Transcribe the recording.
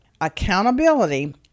Accountability